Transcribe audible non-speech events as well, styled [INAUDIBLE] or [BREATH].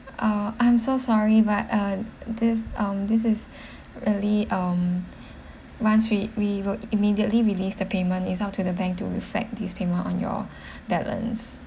uh I'm so sorry but uh this um this is [BREATH] really um once we we will immediately released the payment is up to the bank to reflect these payment on your [BREATH] balance